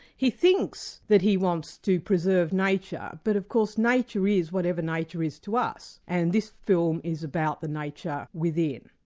he thinks that he wants to preserve nature, but of course nature is whatever nature is to us, and film is about the nature within.